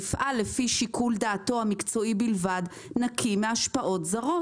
"יפעל לפי שיקול דעתו המקצועי בלבד נקי מהשפעות זרות".